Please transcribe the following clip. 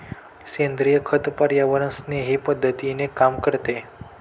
सेंद्रिय खत पर्यावरणस्नेही पद्धतीने काम करते